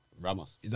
Ramos